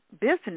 business